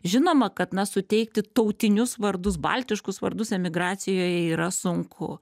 žinoma kad na suteikti tautinius vardus baltiškus vardus emigracijoje yra sunku